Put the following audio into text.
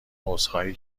عذرخواهی